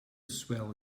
swell